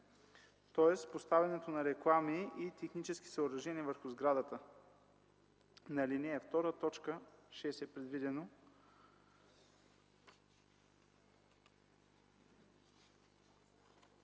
тоест поставянето на реклами или технически съоръжения върху сградата.